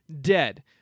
dead